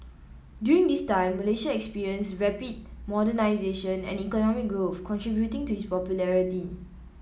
during this time Malaysia experienced rapid modernisation and economic growth contributing to his popularity